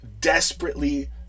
desperately